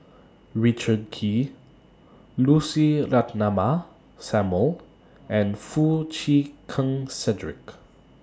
Richard Kee Lucy Ratnammah Samuel and Foo Chee Keng Cedric